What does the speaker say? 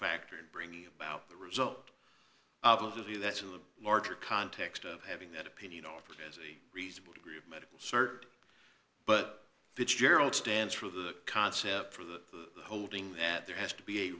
factor in bringing about the result of the view that's in the larger context of having that opinion offered as a reasonable degree of medical cert but fitzgerald stands for the concept for the holding that there has to be a